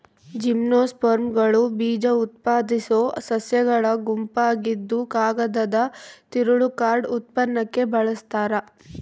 ಜಿಮ್ನೋಸ್ಪರ್ಮ್ಗಳು ಬೀಜಉತ್ಪಾದಿಸೋ ಸಸ್ಯಗಳ ಗುಂಪಾಗಿದ್ದುಕಾಗದದ ತಿರುಳು ಕಾರ್ಡ್ ಉತ್ಪನ್ನಕ್ಕೆ ಬಳಸ್ತಾರ